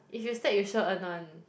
if you stack you sure earn [one]